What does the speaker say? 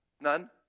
none